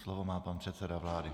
Slovo má pan předseda vlády.